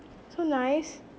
so nice